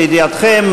לידיעתכם,